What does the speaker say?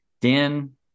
dan